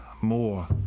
more